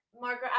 Margaret